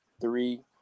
three